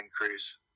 increase